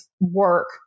work